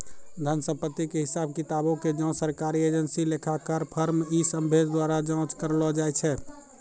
धन संपत्ति के हिसाब किताबो के जांच सरकारी एजेंसी, लेखाकार, फर्म इ सभ्भे द्वारा जांच करलो जाय छै